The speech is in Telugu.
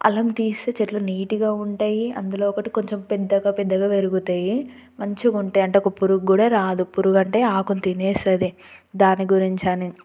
అలం తీస్తే చెట్లు నీట్గా ఉంటాయి అందులో ఒకటి కొంచెం పెద్దగ పెద్దగ పెరుగుతాయి మంచిగా ఉంటాయి అంటే ఒక పురుగు కూడా రాదు పురుగు అంటే ఆకును తినేస్తుంది దాని గురించి అని